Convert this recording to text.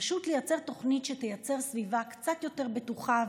פשוט לייצר תוכנית שתייצר סביבה קצת יותר בטוחה,